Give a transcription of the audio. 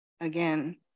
Again